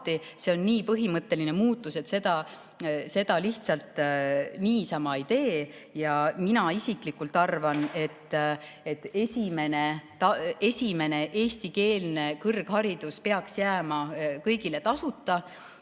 See on nii põhimõtteline muutus, et seda lihtsalt niisama ei tee. Mina isiklikult arvan, et esimene eestikeelne kõrgharidus peaks jääma kõigile tasuta.